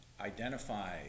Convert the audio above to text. identify